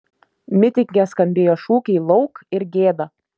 mitinge skambėjo šūkiai lauk ir gėda